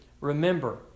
remember